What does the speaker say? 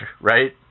right